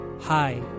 hi